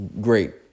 great